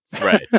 Right